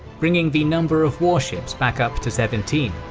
bringing the number of warships back up to seventeen.